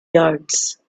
yards